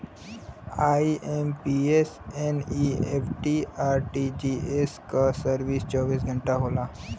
IMPS, NEFT, RTGS क service चौबीस घंटा होला